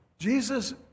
Jesus